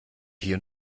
hier